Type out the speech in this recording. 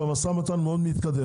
והמשא ומתן מאוד מתקדם,